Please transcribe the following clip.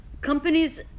companies